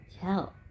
tell